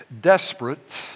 Desperate